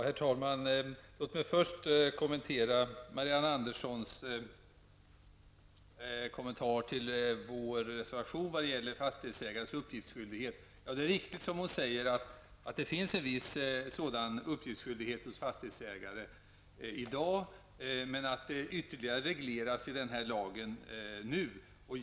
Herr talman! Låt mig först kommentera Marianne Anderssons i Gislaved kommentar till vår reservation om fastighetsägares uppgiftsskyldighet. Det är riktigt som hon säger att det finns en viss sådan uppgiftsskyldighet hos fastighetsägare i dag. Men det regleras ytterligare i den här lagen.